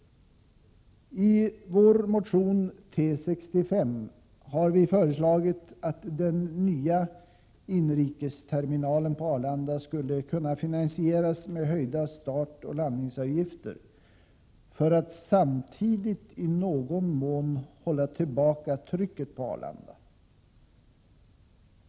I vår motion T65 har vi föreslagit att den nya inrikesterminalen på Arlanda skall finansieras med höjda startoch landningsavgifter, varigenom man samtidigt i någon mån skulle kunna hålla tillbaka trycket på Arlanda.